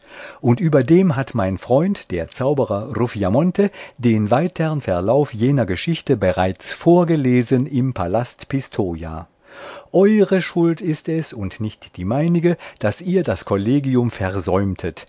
und überdem hat mein freund der zauberer ruffiamonte den weitern verlauf jener geschichte bereits vorgelesen im palast pistoja eure schuld ist es und nicht die meinige daß ihr das kollegium